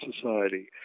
Society